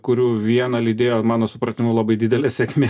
kurių vieną lydėjo mano supratimu labai didelė sėkmė o